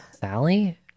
Sally